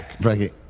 Frankie